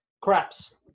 Craps